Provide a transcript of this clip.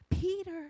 Peter